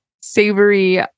savory